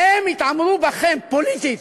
הן יתעמרו בכם פוליטית.